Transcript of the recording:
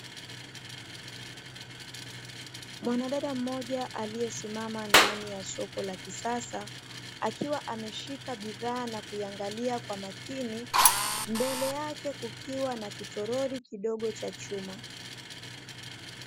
Mwanadada mmoja aliyesimama ndani ya soko la kisasa, akiwa ameshika bidhaa na kuiangalia kwa makini, mbele yake kukiwa na kitoroli kidogo cha chuma.